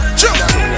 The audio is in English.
jump